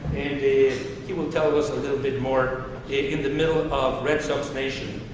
and he will tell us a little bit more, in the middle of of red sox nation,